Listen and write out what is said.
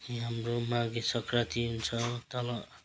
अनि हाम्रो माघे सङ्क्रान्ति हुन्छ तल